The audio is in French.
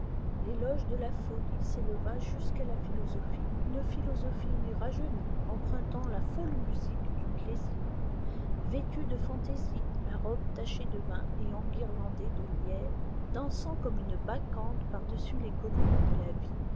l'éloge de la folie s'éleva jusqu'à la philosophie une philosophie rajeunie empruntant la folle musique du plaisir vêtue de fantaisie la robe tachée de vin et enguirlandée de lierres dansant comme une bacchante par-dessus les collines de la vie